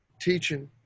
teaching